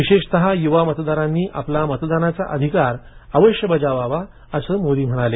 विशेषत युवा मतदारांनी आपला मतदानाचा अधिकार अवश्य बजवावा असं मोदी म्हणाले